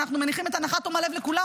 אנחנו מניחים את הנחת תום הלב לכולם,